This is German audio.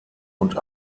und